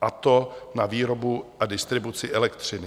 a to na výrobu a distribuci elektřiny.